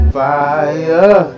fire